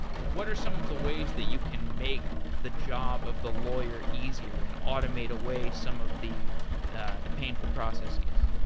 what are some of the ways that you can make the job of the lawyer easier and automate a way some of the ah the painful processes?